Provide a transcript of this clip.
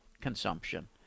consumption